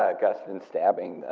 ah guston stabbing.